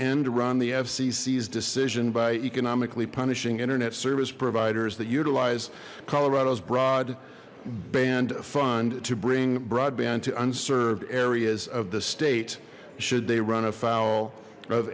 end run the fcc's decision by economically punishing internet service providers that utilize colorado's broad band fund to bring broadband to unserved areas of the state should they run afoul of